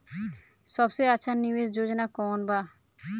सबसे अच्छा निवेस योजना कोवन बा?